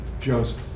joseph